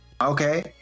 Okay